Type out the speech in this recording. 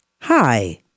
Hi